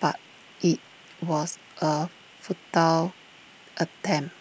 but IT was A futile attempt